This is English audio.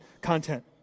content